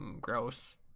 gross